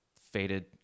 faded